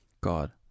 God